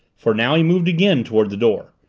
for now he moved again toward the door.